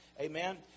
Amen